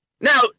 Now